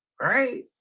right